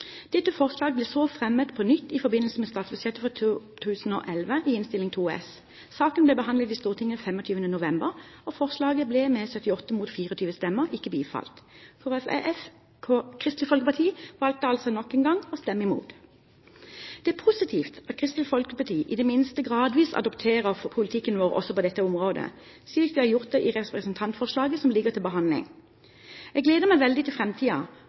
Dette forslaget ble så fremmet på nytt i forbindelse med statsbudsjettet for 2011 i Innst. 2 S for 2010–2011. Saken ble behandlet i Stortinget den 25. november 2010, og forslaget ble med 78 mot 24 stemmer ikke bifalt. Kristelig Folkeparti valgte altså nok en gang å stemme imot. Det er positivt at Kristelig Folkeparti i det minste gradvis adopterer politikken vår også på dette området, slik de har gjort det i representantforslaget som ligger til behandling. Jeg gleder meg veldig til